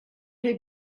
had